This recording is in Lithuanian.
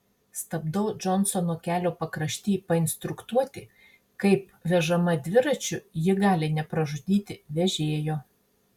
stabdau džonsono kelio pakrašty painstruktuoti kaip vežama dviračiu ji gali nepražudyti vežėjo